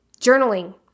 journaling